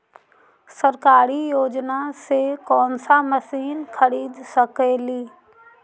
सरकारी योजना से कोन सा मशीन खरीद सकेली?